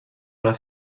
alla